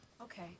okay